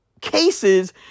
cases